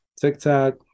TikTok